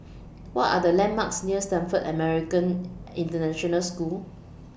What Are The landmarks near Stamford American International School